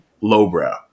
lowbrow